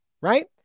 Right